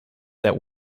that